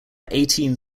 eighteen